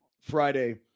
Friday